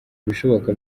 ibishoboka